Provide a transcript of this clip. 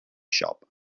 shop